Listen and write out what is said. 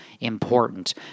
important